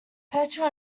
petrol